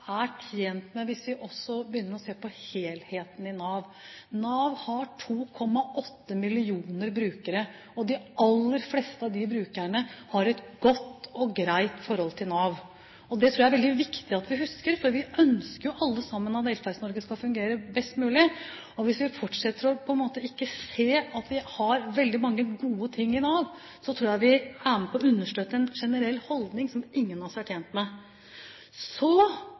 er tjent med at vi også prøver å se på helheten i Nav. Nav har 2,8 mill. brukere, og de aller fleste av de brukerne har et godt og greit forhold til Nav. Det tror jeg det er veldig viktig at vi husker, for vi ønsker jo alle sammen at Velferds-Norge skal fungere best mulig. Hvis vi fortsetter å ikke se at vi har veldig gode ting i Nav, tror jeg vi er med på å understøtte en generell holdning som ingen av oss er tjent med. Så